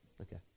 Okay